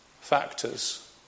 factors